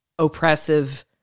oppressive